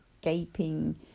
gaping